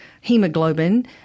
hemoglobin